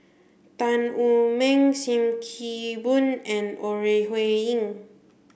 Tan Wu Meng Sim Kee Boon and Ore Huiying